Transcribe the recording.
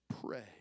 pray